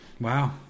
Wow